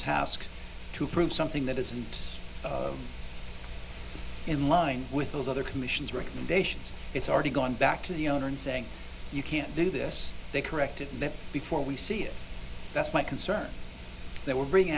task to prove something that isn't in line with those other commission's recommendations it's already gone back to the owner and saying you can't do this they corrected that before we see it that's my concern they were being